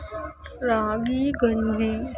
ರಾಗಿ ಗಂಜಿ